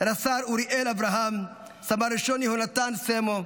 רס"ר אוריאל אברהם, סמ"ר יהונתן סמו,